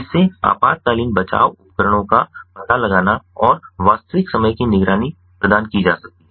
जिससे आपातकालीन बचाव उपकरणों का पता लगाना और वास्तविक समय की निगरानी प्रदान की जा सकती है